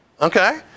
Okay